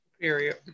Period